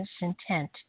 intent